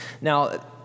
Now